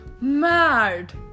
mad